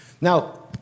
Now